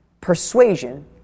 persuasion